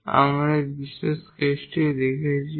এবং আমরা এই বিশেষ কেসটি দেখেছি